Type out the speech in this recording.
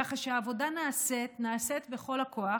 כך שהעבודה נעשית, ונעשית בכל הכוח.